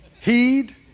Heed